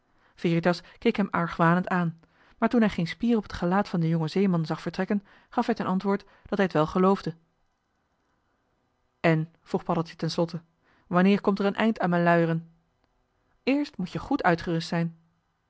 veritas keek hem argwanend aan maar toen hij geen spier op het gelaat van den jongen zeeman zag vertrekken gaf hij ten antwoord dat hij t wel geloofde en vroeg paddeltje ten slotte wanneer komt er een eind aan m'n luieren eerst moet-je goed uitgerust zijn